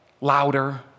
louder